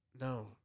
No